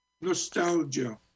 Nostalgia